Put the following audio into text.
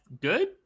good